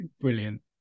Brilliant